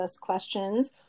questions